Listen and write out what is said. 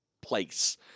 place